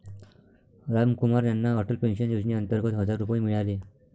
रामकुमार यांना अटल पेन्शन योजनेअंतर्गत हजार रुपये मिळाले